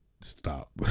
stop